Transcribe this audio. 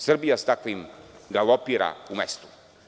Srbija s takvim galopira u mestu.